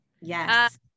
Yes